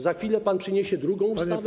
Za chwilę pan przyniesie drugą ustawę.